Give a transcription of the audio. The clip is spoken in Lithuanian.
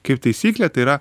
kaip taisyklė tai yra